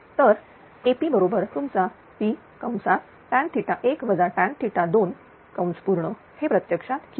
तर AP बरोबर तुमचा P हे प्रत्यक्षात QC